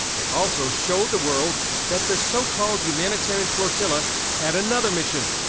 it also showed the world that this so-called humanitarian flotilla had another mission,